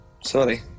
Sorry